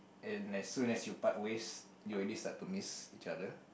and as soon as you part ways you already start to miss each other